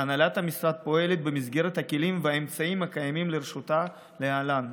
והנהלת המשרד פועלת במסגרת הכלים והאמצעים הקיימים לרשותה כלהלן: